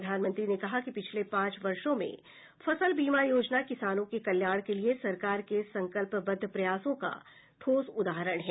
प्रधानमंत्री ने कहा कि पिछले पांच वर्षों में फसल बीमा योजना किसानों के कल्याण के लिए सरकार के संकल्पबद्ध प्रयासों का ठोस उदाहरण है